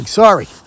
sorry